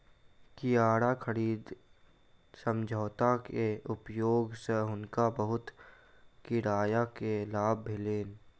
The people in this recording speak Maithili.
किराया खरीद समझौता के उपयोग सँ हुनका बहुत किराया के लाभ भेलैन